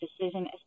decision